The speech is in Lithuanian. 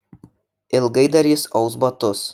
ilgai dar jis aus batus